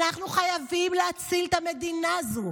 אנחנו חייבים להציל את המדינה הזאת.